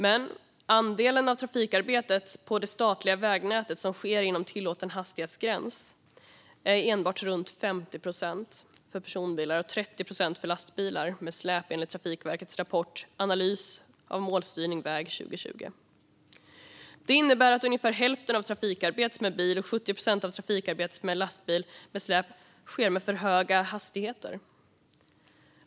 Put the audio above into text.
Men andelen av trafikarbetet på det statliga vägnätet som sker inom tillåten hastighetsgräns är enbart runt 50 procent för personbilar och 30 procent för lastbilar med släp, enligt Trafikverkets rapport Analys av trafiksäkerhetsutvecklingen 2020 . Det innebär att ungefär hälften av trafikarbetet med bil och 70 procent av trafikarbetet med lastbil med släp sker med för höga hastigheter.